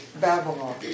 Babylon